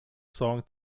song